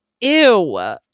ew